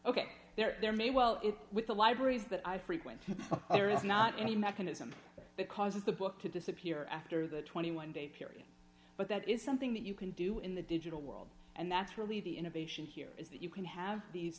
ok there may well it's with the libraries that i frequent there is not any mechanism that causes the book to disappear after the twenty one day period but that is something that you can do in the digital world and that's really the innovation here is that you can have these